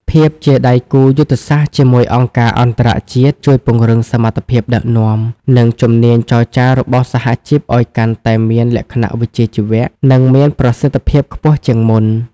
ភាពជាដៃគូយុទ្ធសាស្ត្រជាមួយអង្គការអន្តរជាតិជួយពង្រឹងសមត្ថភាពដឹកនាំ និងជំនាញចរចារបស់សហជីពឱ្យកាន់តែមានលក្ខណៈវិជ្ជាជីវៈ និងមានប្រសិទ្ធភាពខ្ពស់ជាងមុន។